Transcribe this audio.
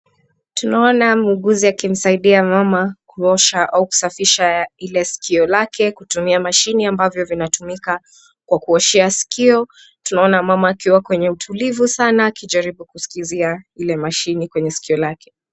Tunaona muuguzi akimsaidia mama kuosha au kusafisha ile sikio lake kutumia mashine ambayo inatumika kwa kuoshea sikio, tunaona mama akiwa kwenye utulivu sana akijaribu kusikizia ile mashine kwenye sikio lake.